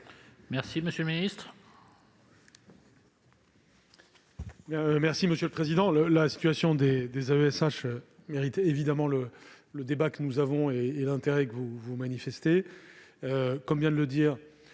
du Gouvernement ? La situation des AESH mérite évidemment le débat que nous avons et l'intérêt que vous manifestez.